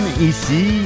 ici